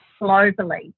globally